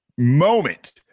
moment